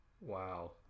Wow